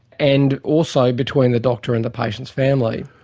and also between the doctor and patient's family,